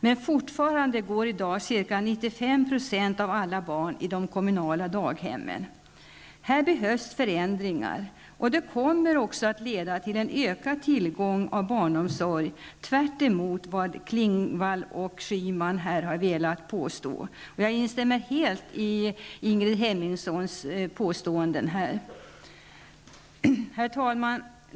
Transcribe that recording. Men fortfarande går i dag ca 95 % av alla barn i de kommunala daghemmen. Här behövs förändringar, och det kommer också att leda till en ökad tillgång på barnomsorg, tvärtemot vad Klingvall och Schyman här har sagt. Jag instämmer helt i Ingrid Hemmingssons påståenden. Herr talman!